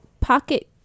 pocket